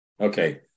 Okay